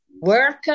work